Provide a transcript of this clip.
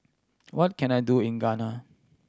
what can I do in Guyana